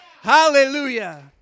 Hallelujah